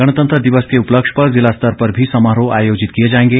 गणतंत्र दिवस के उपलक्ष्य पर जिला स्तर पर भी समारोह आयोजित किए जाएंगे